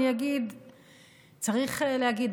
צריך להגיד,